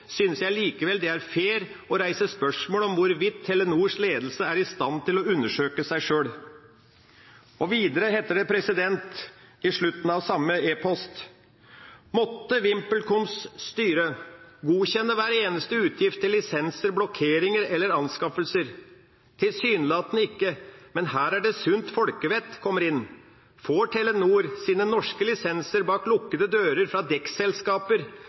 synes jeg likevel det er fair å reise spørsmål om hvorvidt Telenors ledelse er i stand til å undersøke seg selv.» Videre heter det, i slutten av samme e-post: «Nå, måtte VimpelComs styre godkjenne hver eneste utgift til lisenser, blokkeringer eller anskaffelser? Tilsynelatende ikke, men her er det sundt folkevett kommer inn. Får Telenor sine norske lisenser bak lukkede dører fra dekkselskaper